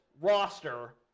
roster